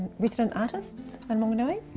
resident artists in wanganui,